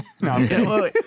No